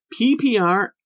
PPR